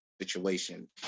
situation